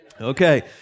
Okay